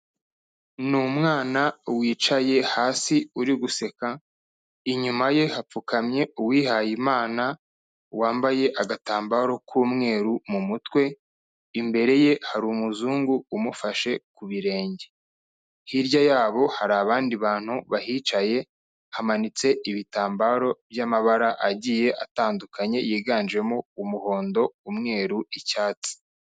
Ni umwana wicaye hasi uri guseka, inyuma ye hapfukamye uwihayimana wambaye agatambaro k'umweru mu mutwe, imbere ye hari umuzungu umufashe ku birenge. Hirya yabo hari abandi bantu bahicaye, hamanitse ibitambaro by'amabara agiye atandukanye yiganjemo umuhondo, umweru, icyatsi.